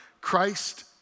Christ